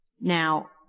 now